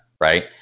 right